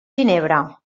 ginebra